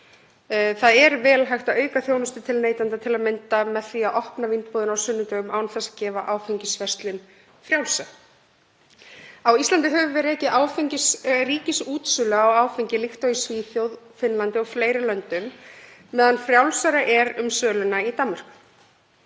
Það er vel hægt að auka þjónustu til neytenda, til að mynda með því að opna Vínbúðina á sunnudögum án þess gefa áfengisverslun frjálsa. Á Íslandi höfum við rekið ríkisútsölu á áfengi líkt og í Svíþjóð, Finnlandi og fleiri löndum á meðan frjálsara er um söluna í